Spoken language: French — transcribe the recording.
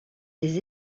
des